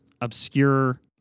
obscure